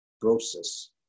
process